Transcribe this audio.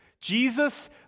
Jesus